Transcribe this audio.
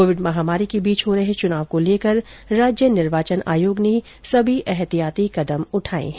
Covid महामारी के बीच हो रहे चुनाव को लेकर राज्य निर्वाचन आयोग ने सभी एतिहायाती कदम उठाए हैं